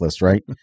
right